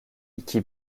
iki